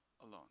alone